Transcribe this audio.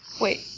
Wait